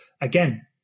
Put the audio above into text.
again